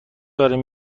دارم